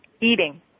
eating